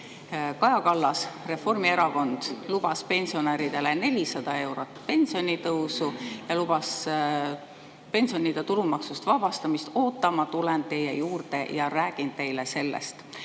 [valimisreklaamis] lubas pensionäridele 400 eurot pensionitõusu ja pensionide tulumaksust vabastamist: "Oota, ma tulen teie juurde ja räägin teile sellest."